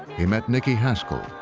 he met nikki haskell,